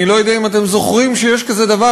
אני לא יודע אם אתם זוכרים שיש כזה דבר,